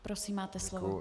Prosím, máte slovo.